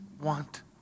want